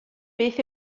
beth